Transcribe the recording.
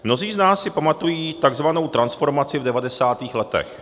Mnozí z nás si pamatují takzvanou transformaci v 90. letech.